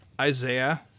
Isaiah